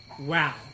Wow